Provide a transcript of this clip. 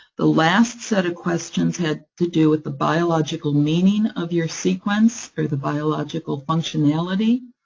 the last set of questions had to do with the biological meaning of your sequence, or the biological functionality,